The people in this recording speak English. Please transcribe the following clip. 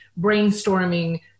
brainstorming